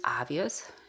obvious